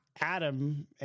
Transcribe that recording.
Adam